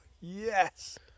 yes